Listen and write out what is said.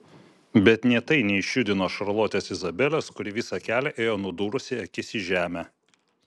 bet nė tai neišjudino šarlotės izabelės kuri visą kelią ėjo nudūrusi akis į žemę